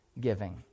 giving